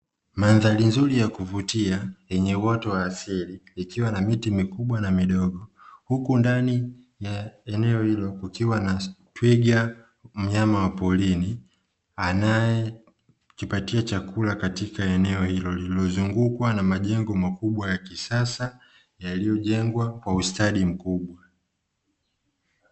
Mandhari nzuri ya kuvutia yenye uoto wa asili ikiwa na miti mikubwa na midogo, huku ndani ya eneo hilo kukiwa na twiga mnyama wa porini anayejipatia chakula katika eneo hilo lililozungukwa na majengo makubwa ya kisasa yaliyojengwa kwa ustadi mkubwa.